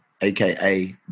AKA